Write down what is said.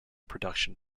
production